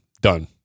Done